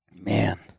man